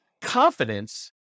confidence